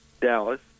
Dallas